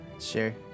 Sure